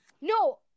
No